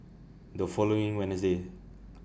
The following Wednesday